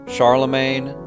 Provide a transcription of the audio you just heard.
Charlemagne